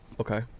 Okay